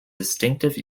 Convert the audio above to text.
distinctive